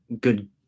good